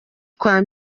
kwa